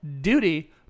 duty